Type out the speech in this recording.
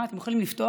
אתם יכולים לפתוח.